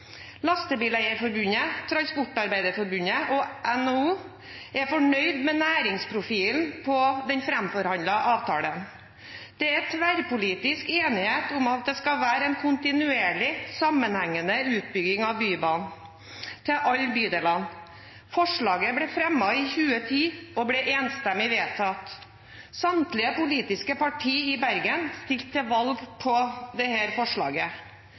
Lastebileierforbundet, Transportarbeiderforbundet og NHO er fornøyde med næringsprofilen på den framforhandlede avtalen. Det er tverrpolitisk enighet om at det skal være en kontinuerlig, sammenhengende utbygging av Bybanen til alle bydelene. Forslaget ble fremmet i 2010 og ble enstemmig vedtatt. Samtlige politiske partier i Bergen gikk til valg på dette forslaget.